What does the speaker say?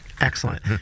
Excellent